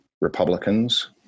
Republicans